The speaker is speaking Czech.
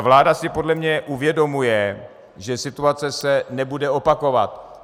Vláda si podle mě uvědomuje, že se situace nebude opakovat.